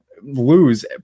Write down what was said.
lose